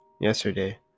Yesterday